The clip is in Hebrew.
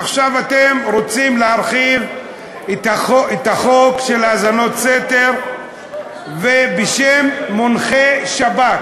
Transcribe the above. עכשיו אתם רוצים להרחיב את החוק של האזנות סתר ובשם מונחה-שב"כ.